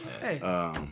Hey